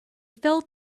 felt